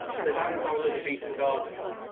so that's our elizabethan gardens.